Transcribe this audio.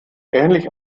ähnlich